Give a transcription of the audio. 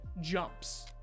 jumps